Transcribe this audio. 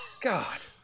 God